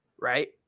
right